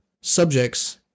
subjects